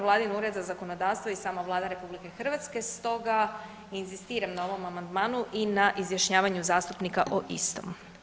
Vladin Ured za zakonodavstvo i sama Vlada RH stoga inzistiram na ovom amandmanu i na izjašnjavanju zastupnika o istom.